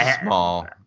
small